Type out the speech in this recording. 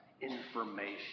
information